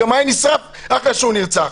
גם היה נשרף אחרי שהוא נרצח.